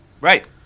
Right